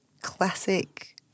classic